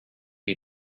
you